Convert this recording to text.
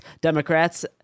democrats